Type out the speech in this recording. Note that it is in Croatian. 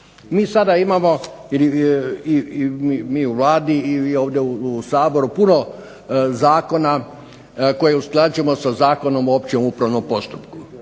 Mi sada imamo, mi u Vladi i vi ovdje u Saboru puno zakona koje usklađujemo sa Zakonom o općem upravnom postupku.